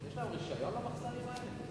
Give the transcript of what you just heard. יש להם רשיון למחסנים האלה?